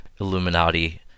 Illuminati